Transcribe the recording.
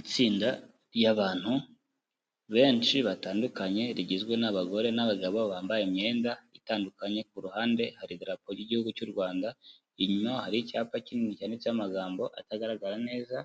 Itsinda ry'abantu benshi batandukanye rigizwe n'abagore n'abagabo bambaye imyenda itandukanye. Ku ruhande hari idarapo ry'Igihugu cy'u Rwanda. Inyuma hari icyapa kinini cyanditseho amagambo atagaragara neza